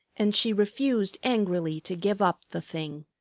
and she refused angrily to give up the thing.